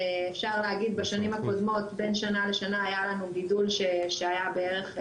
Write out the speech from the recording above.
אפשר להגיד בשנים הקודמות בין שנה לשנה היה לנו גידול שהיה בערך 4%,